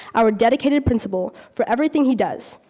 our dedicated principal, for everything he does.